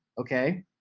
okay